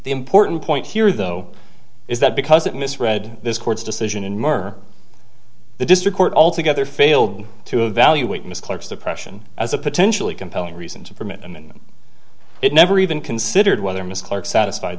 the important point here though is that because it misread this court's decision in more the district court altogether failed to evaluate ms clark's depression as a potentially compelling reason to permit and it never even considered whether miss clark satisfied